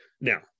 Now